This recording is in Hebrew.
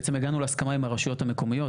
בעצם הגענו להסכמה עם הרשויות המקומיות,